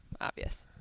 obvious